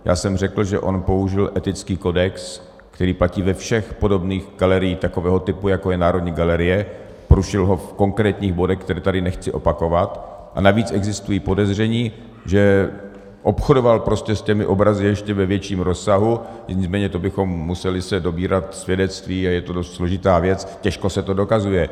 Já jsem řekl, že on porušil etický kodex, který platí ve všech podobných galeriích takového typu, jako je Národní galerie, porušil ho v konkrétních bodech, které tady nechci opakovat, a navíc existují podezření, že obchodoval prostě s těmi obrazy ještě ve větším rozsahu, nicméně to bychom se museli dobírat svědectví a je to dost složitá věc, těžko se to dokazuje.